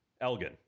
Elgin